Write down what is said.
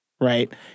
right